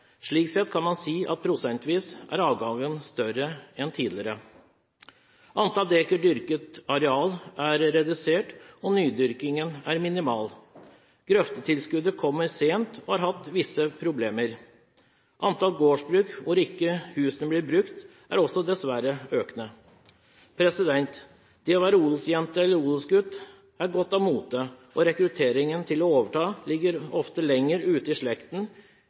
Slik sett kan man si at prosentvis er avgangen større enn tidligere. Antall dekar dyrket areal er redusert, og nydyrkingen er minimal. Grøftetilskuddet kommer sent, og det har vært visse problemer med det. Antall gårdsbruk der husene ikke blir brukt, er også dessverre økende. Det å være odelsjente eller odelsgutt har gått av moten, og rekrutteringen for å overta ligger ofte lenger ute i slekten